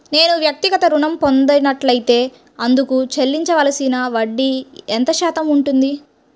నేను వ్యక్తిగత ఋణం పొందినట్లైతే అందుకు చెల్లించవలసిన వడ్డీ ఎంత శాతం ఉంటుంది?